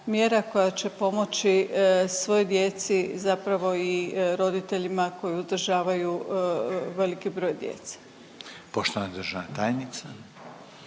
koja će pomoći svoj djeci zapravo i roditeljima koji uzdržavaju veliki broj djece. **Reiner, Željko